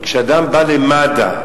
כשאדם בא למד"א